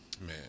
man